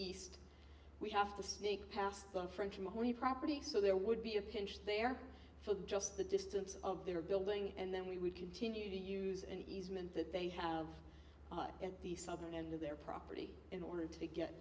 east we have to sneak past the french money property so there would be a pinch there for just the distance of their building and then we would continue to use an easement that they have at the southern end of their property in order to get